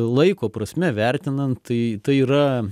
laiko prasme vertinant tai tai yra